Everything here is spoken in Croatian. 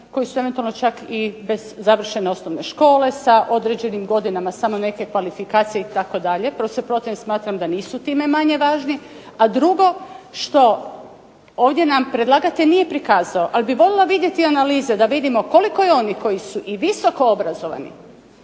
koji su eventualno čak i bez završene osnovne škole sa određenim godinama, samo neke kvalifikacije itd. Prvo se protivim, smatram da nisu time manje važni. A drugo što ovdje nam predlagatelj nije prikazao, ali bi voljela vidjeti analize da vidimo koliko je onih koji su i visoko obrazovani,